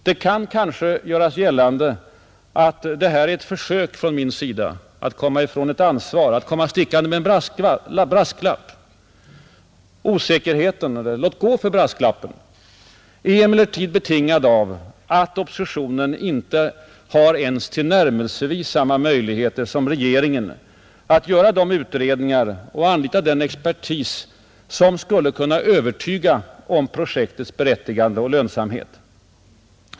Det kan måhända göras gällande att det är ett försök från min sida att 57 komma ifrån mitt ansvar — att komma stickande med en brasklapp. Osäkerheten — eller låt gå för brasklappen — är emellertid betingad av att oppositionen icke har ens tillnärmelsevis samma möjligheter som regeringen att göra de utredningar och anlita den expertis som skulle kunna övertyga om projektets berättigande och lönsamhet.